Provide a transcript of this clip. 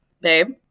Babe